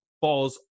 falls